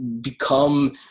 become